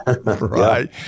Right